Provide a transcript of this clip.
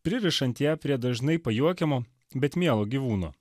pririšant ją prie dažnai pajuokiamo bet mielo gyvūno